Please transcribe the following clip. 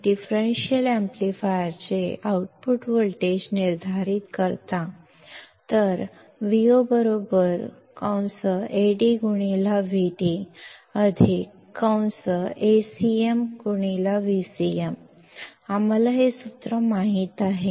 differential ಆಂಪ್ಲಿಫೈಯರ್ನ output voltage ಅನ್ನು ಅನ್ನು ನೀವು ನಿರ್ಧರಿಸುತ್ತೀರಿ ಆದ್ದರಿಂದ VoAdVd AcmVcm ಈ ಸೂತ್ರ ನಮಗೆ ತಿಳಿದಿದೆ